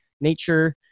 nature